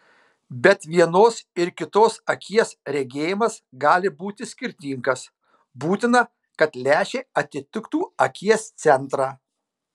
bet vienos ir kitos akies regėjimas gali būti skirtingas būtina kad lęšiai atitiktų akies centrą